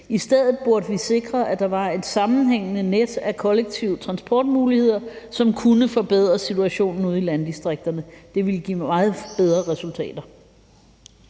I stedet burde vi sikre, at der var et sammenhængende net af kollektive transportmuligheder, som kunne forbedre situationen ude i landdistrikterne. Det ville give meget bedre resultater.